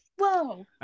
Whoa